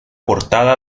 portada